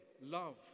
love